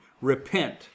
Repent